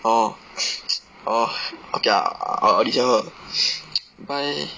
orh orh okay lah I I will disiao her buy